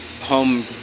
home